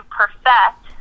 perfect